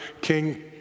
King